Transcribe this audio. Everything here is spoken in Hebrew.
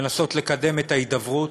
לנסות לקדם את ההידברות,